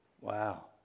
Wow